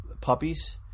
puppies